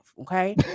okay